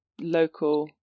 local